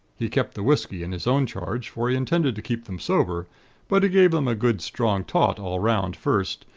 he kept the whisky in his own charge for he intended to keep them sober but he gave them a good strong tot all round first,